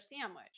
sandwich